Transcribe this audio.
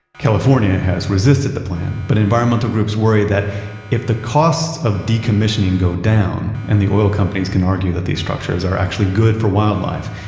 california has resisted the plan, but environmental groups worry that if the costs of decommissioning go down and the oil companies can argue that these structures are actually good for wildlife,